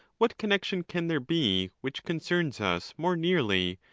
what connexion can there be which concerns us more nearly,